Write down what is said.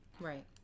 right